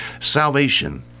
Salvation